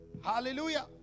hallelujah